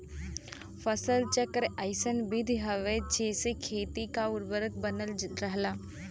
फसल चक्र अइसन विधि हउवे जेसे खेती क उर्वरक बनल रहला